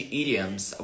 idioms